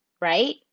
right